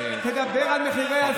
תדבר על מחירי השכירות.